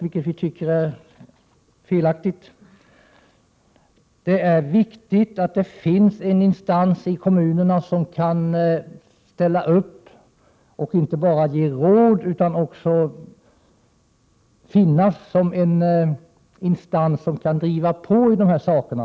Vi tycker att det är felaktigt. Det är vidare viktigt att det finns en instans i kommunerna som inte bara kan ge råd utan som också finns där som en pådrivande kraft i olika frågor.